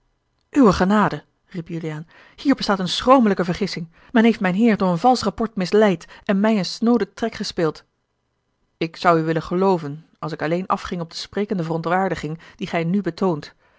uwe genade riep juliaan hier bestaat eene schromelijke vergissing men heeft mijn heer door een valsch rapport misleid en mij een snooden trek gespeeld ik zou u willen gelooven als ik alleen afging op de sprekende verontwaardiging die gij nu betoont